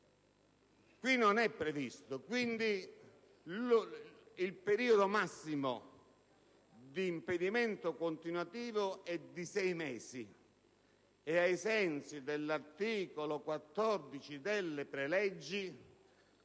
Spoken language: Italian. qui no. Quindi, il periodo massimo di impedimento continuativo è di sei mesi e, ai sensi dell'articolo 14 delle preleggi